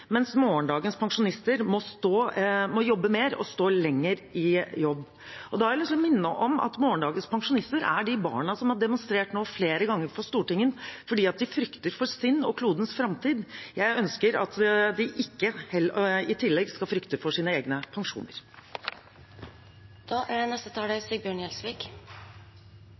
mens morgendagens pensjonister må jobbe mer og stå lenger i jobb. Da har jeg lyst til å minne om at morgendagens pensjonister er de barna som har demonstrert flere ganger framfor Stortinget fordi de frykter for sin og klodens framtid. Jeg ønsker at de i tillegg ikke skal frykte for sine egne pensjoner. Representanten Nordby Lunde snakker om å sende regningen til kommende generasjoner. Hva er